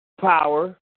power